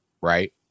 right